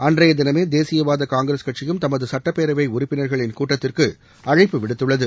அன்றைய தினமே தேசியவாத காங்கிரஸ் கட்சியும் தமது சட்டப்பேரவை உறுப்பினர்களின் கூட்டத்திற்கு அழைப்பு விடுத்துள்ளது